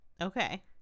Okay